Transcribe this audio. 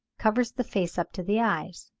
covers the face up to the eyes